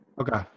Okay